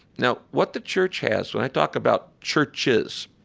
now, what the church has, when i talk about churches,